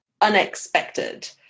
unexpected